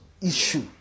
issue